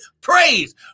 praise